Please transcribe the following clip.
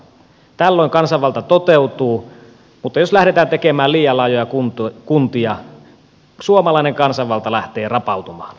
tällöin kansanvalta toteutuu mutta jos lähdetään tekemään liian laajoja kuntia suomalainen kansanvalta lähtee rapautumaan